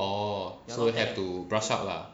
oh so have to brush up lah